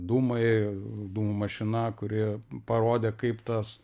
dūmai dūmų mašina kuri parodė kaip tas